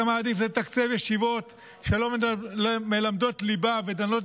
אתה מעדיף לתקצב ישיבות שלא מלמדות ליבה ודנות